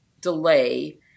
delay